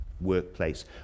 workplace